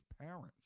parents